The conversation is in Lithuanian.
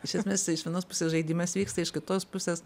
iš esmės tai iš vienos pusės žaidimas vyksta iš kitos pusės